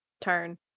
turn